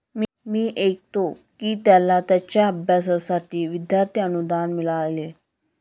मी ऐकतो की त्याला त्याच्या अभ्यासासाठी विद्यार्थी अनुदान मिळाले